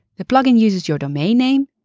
the plugin uses your domain name,